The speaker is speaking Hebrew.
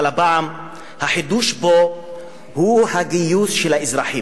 אבל הפעם החידוש פה הוא הגיוס של האזרחים.